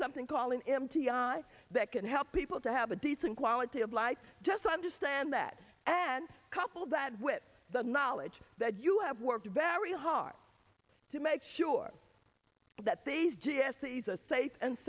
something called an empty i that can help people to have a decent quality of life just understand that and couple that with the knowledge that you have worked very hard to make sure that these g s these are safe and